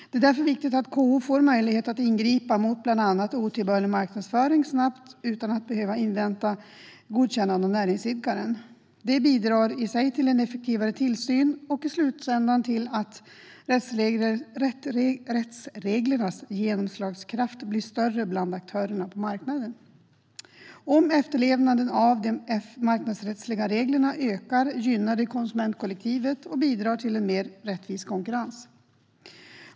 Det är därför viktigt att KO får möjlighet att snabbt ingripa mot bland annat otillbörlig marknadsföring utan att behöva invänta godkännande av näringsidkaren. Det bidrar i sig till en effektivare tillsyn och i slutändan till att rättsreglernas genomslagskraft blir större bland aktörerna på marknaden. Om efterlevnaden av de marknadsrättsliga reglerna ökar gynnar det konsumentkollektivet och bidrar till en mer rättvis konkurrens.